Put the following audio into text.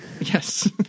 Yes